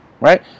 right